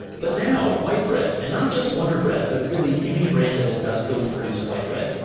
but now white bread and not just wonder bread, but really any brand of industrially produced white bread,